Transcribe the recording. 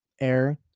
air